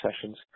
sessions